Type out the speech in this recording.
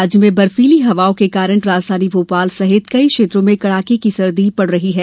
राज्य में बर्फीली हवाओं के कारण राजधानी भोपाल सहित कई क्षेत्रों में कडाके की सर्दी पड़ रही है